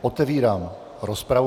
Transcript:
Otevírám rozpravu.